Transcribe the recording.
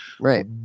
Right